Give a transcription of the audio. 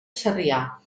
sarrià